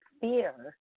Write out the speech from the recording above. fear